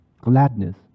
gladness